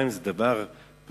מים זה דבר פשוט?